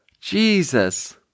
Jesus